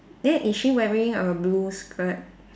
then is she wearing a blue shirt